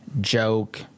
joke